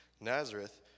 Nazareth